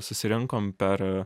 susirinkom per